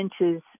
inches